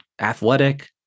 athletic